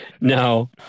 No